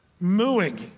mooing